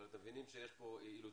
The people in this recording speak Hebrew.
אבל אתם מבינים שיש פה אילוצים,